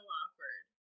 awkward